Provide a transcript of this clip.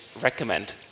recommend